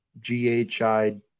G-H-I